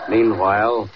Meanwhile